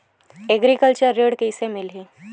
Agriculture ऋण कइसे मिलही?